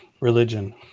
religion